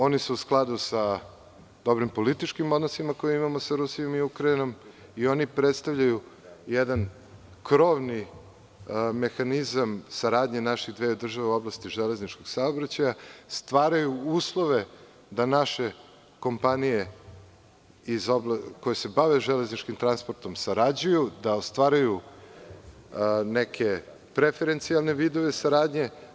Oni su u skladu sa dobrim političkim odnosima koje imamo sa Rusijom i Ukrajinom i oni predstavljaju jedan krovni mehanizam saradnje naših država u oblasti železničkog saobraćaja, stvaraju uslove da naše kompanije koje se bave železničkim transportom sarađuju i da ostvaruju neke preferencijalne vidove saradnje.